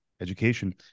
education